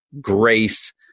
grace